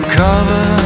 cover